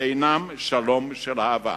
אינם שלום של אהבה.